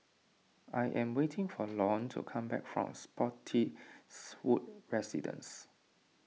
I am waiting for Lorne to come back from Spottiswoode Residences